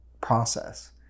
process